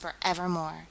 forevermore